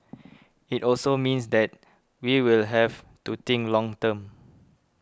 it also means that we will have to think long term